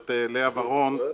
הגברת לאה ורון,